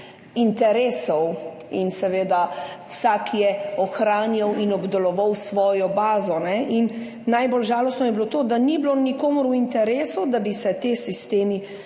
interesov in seveda vsak je ohranjal in obdeloval svojo bazo. In najbolj žalostno je bilo to, da ni bilo nikomur v interesu, da bi se ti sistemi